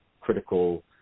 critical